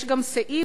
יש גם סעיף,